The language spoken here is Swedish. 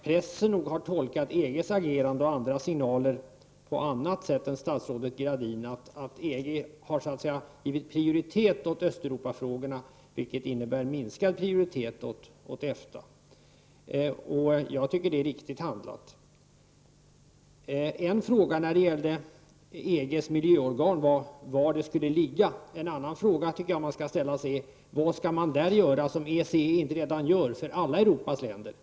Pressen har nog tolkat EG:s agerande och andra signaler på annat sätt än Anita Gradin: EG har så att säga givit prioritet åt Östeuropafrågorna, vilket innebär minskad prioritet åt EFTA. Jag tycker att det är riktigt handlat. En fråga när det gäller EG:s miljöorgan är var det skall ligga. En annan fråga som jag tycker att man skall ställa sig är: Vad skall man där göra som EEC inte redan gör för alla Europas länder?